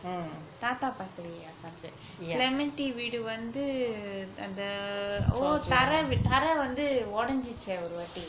thatha passed away in sunset clementi வீடு வந்து அது தர தர வந்து ஒடன்சுச்சே ஒருவாட்டி:veedu vanthu athu thara thara vanthu odanjuchae oruvaatti